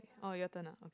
oh your turn ah okay